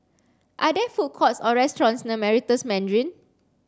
are there food courts or restaurants near Meritus Mandarin